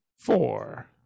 four